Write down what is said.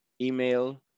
Email